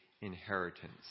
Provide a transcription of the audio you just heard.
inheritance